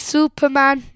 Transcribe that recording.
Superman